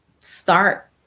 start